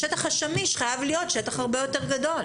השטח השמיש חייב להיות שטח הרבה יותר גדול.